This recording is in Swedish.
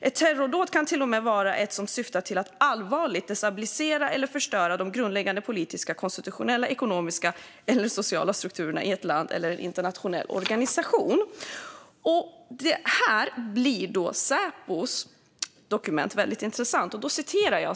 Ett terrordåd kan till och med vara något som syftar till att allvarligt destabilisera eller förstöra de grundläggande politiska, konstitutionella, ekonomiska eller sociala strukturerna i ett land eller en internationell organisation. Här blir Säpos dokument väldigt intressant.